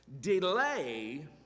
delay